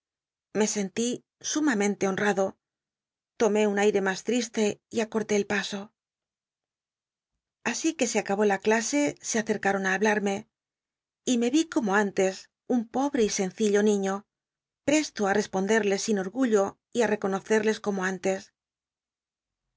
me enti sumamente honrado tomé un aire mas triste y acorté tl paso así cjih se acabó la clase se acercaron á hablarme y uw i como antes un jletbre y senciii j niiio prr lr í i'csponded s sin orgu llo rrconocedes como antes